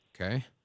Okay